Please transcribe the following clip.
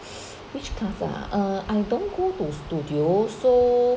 which class ah err I don't go to studio so